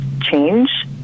change